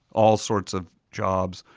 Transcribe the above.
all sorts of jobs,